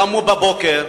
קמו בבוקר,